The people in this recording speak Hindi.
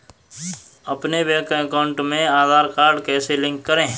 अपने बैंक अकाउंट में आधार कार्ड कैसे लिंक करें?